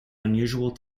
unusual